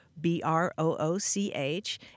B-R-O-O-C-H